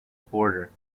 border